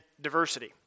diversity